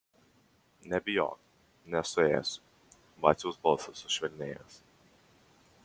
nebijok nesuėsiu vaciaus balsas sušvelnėjęs